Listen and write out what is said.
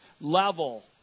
level